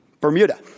Bermuda